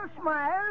Smile